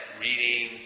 Reading